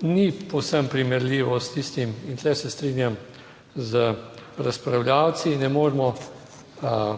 ni povsem primerljivo s tistim in tu se strinjam z razpravljavci, ne moremo,